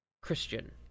Christian